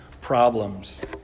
problems